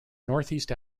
northeast